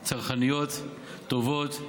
צרכניות, טובות.